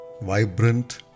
Vibrant